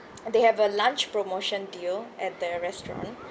they have a lunch promotion deal at their restaurant